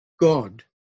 God